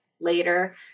later